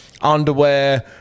underwear